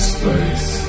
space